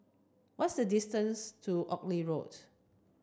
what's the distance to Oxley Road